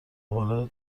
حالا